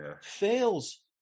fails